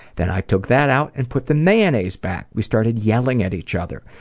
then i took that out and put the mayonnaise back. we started yelling at each other.